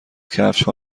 کفشها